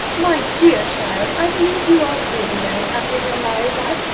my dear child, i believe you are really very happy in your married life,